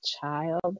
child